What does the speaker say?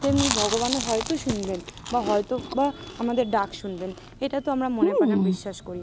তেমনি ভগবানও হয়তো শুনবেন বা হয়তো বা আমাদের ডাক শুনবেন এটা তো আমরা মনে প্রাণে বিশ্বাস করি